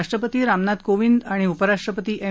राष्ट्रपती रामनाथ कोविंद आणि उपराष्ट्रपती एम